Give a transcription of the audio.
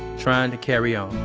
trying to carry on